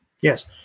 yes